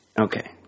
Okay